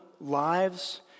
lives